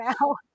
now